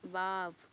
wow